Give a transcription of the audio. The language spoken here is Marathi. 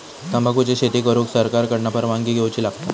तंबाखुची शेती करुक सरकार कडना परवानगी घेवची लागता